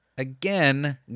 Again